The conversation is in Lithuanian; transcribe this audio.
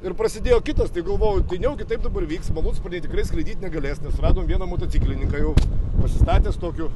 ir prasidėjo kitas tai galvoju tai kaip dabar vyks malūnsparniai tikrai skraidyt negalės nes radom vieną motociklininką jau pasistatęs tokiu